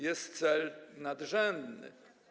Jest cel nadrzędny.